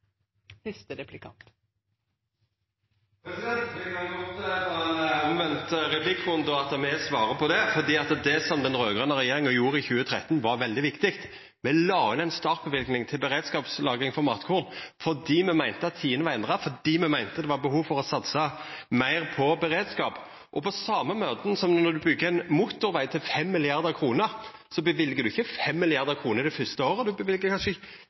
2013, var veldig viktig. Me la inn ei startløyving til beredskapslagring for matkorn fordi me meinte at tidene var endra, fordi me meinte det var behov for å satsa meir på beredskap. På same måten som når ein byggjer ein motorveg til 5 mrd. kr, løyver ein ikkje 5 mrd. kr det fyrste året. Ein løyver kanskje